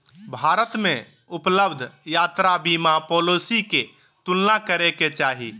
भारत में उपलब्ध यात्रा बीमा पॉलिसी के तुलना करे के चाही